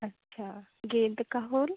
अच्छा गेंदे का फूल